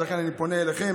אז לכן אני פונה אליכם.